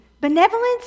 benevolence